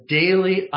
daily